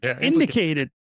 indicated